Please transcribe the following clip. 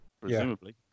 Presumably